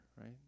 right